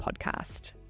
podcast